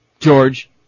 George